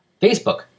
Facebook